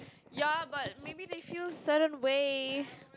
ya but maybe they feel certain way